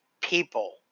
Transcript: people